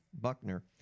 Buckner